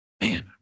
Man